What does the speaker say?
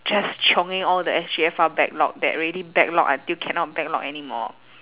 just chionging all the S_G_F_R backlog that already backlog until cannot backlog anymore